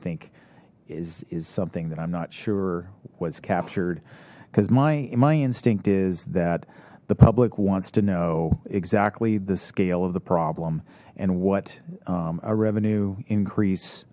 think is is something that i'm not sure was captured because my my instinct is that the public wants to know exactly the scale of the problem and what a revenue increase